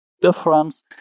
Difference